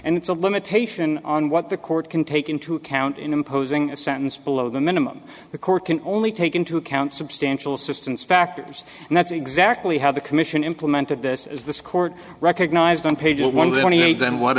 and it's a limitation on what the court can take into account in imposing a sentence below the minimum the court can only take into account substantial assistance factors and that's exactly how the commission implemented this is this court recognized on page one of the money and then what